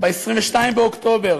ב-22 באוקטובר,